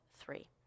three